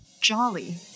jolly